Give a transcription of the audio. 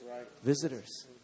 visitors